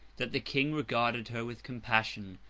that the king regarded her with compassion,